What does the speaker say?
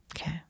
Okay